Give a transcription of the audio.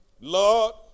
Lord